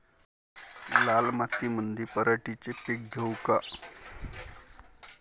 लाल मातीमंदी पराटीचे पीक घेऊ का?